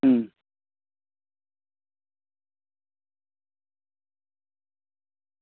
હંમ